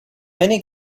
many